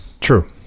True